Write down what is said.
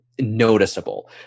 noticeable